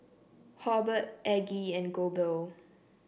Hobert Aggie and Goebel